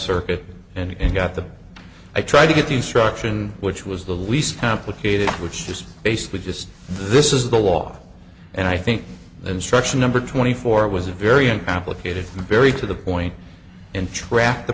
circuit and got the i tried to get the instruction which was the least complicated which is basically just this is the law and i think the instruction number twenty four was a very uncomplicated very to the point and track the